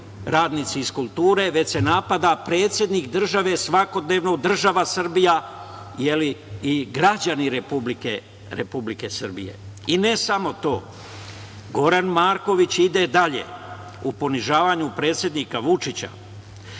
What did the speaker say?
radnici iz kulture, već se napada predsednik države, svakodnevno država Srbija i građani Republike Srbije. Ne samo to, Goran Marković ide dalje u ponižavanju predsednika Vučića.